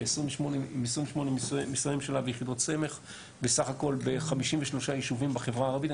עם 28 משרדי ממשלה ויחידות סמך בסך הכול ב-53 יישובים בחברה הערבית.